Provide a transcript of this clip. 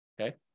Okay